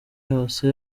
yose